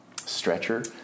stretcher